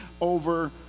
over